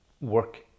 work